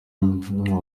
amanota